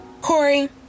Corey